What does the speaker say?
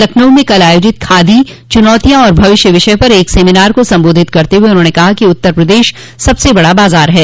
लखनऊ में कल आयोजित खादी चुनौतियां एवं भविष्य विषय पर एक सेमिनार को संबोधित करते हुए उन्होंने कहा कि उत्तर प्रदेश सबसे बड़ा बाजार है